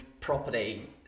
property